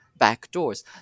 backdoors